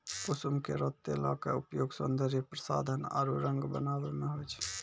कुसुम केरो तेलो क उपयोग सौंदर्य प्रसाधन आरु रंग बनावै म होय छै